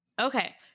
Okay